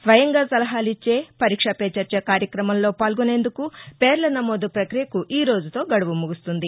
స్వయంగా సలహాలిచ్చే పరీక్షా పే చర్చ కార్యక్రమంలో పాల్గొనేందుకు పేర్ల నమోదు ప్రపకియకు ఈరోజుతో గడువు ముగుస్తుంది